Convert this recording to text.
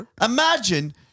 Imagine